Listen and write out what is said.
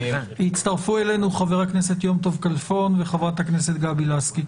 הצטרפו אלינו חברי הכנסת יום טוב כלפון וחברת הכנסת גבי לסקי.